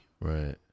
Right